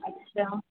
अच्छा